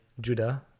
Judah